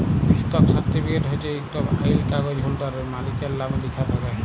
stock certificate হছে ইকট আইল কাগ্যইজ হোল্ডারের, মালিকের লামে লিখ্যা থ্যাকে